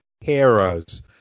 Heroes